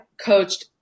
coached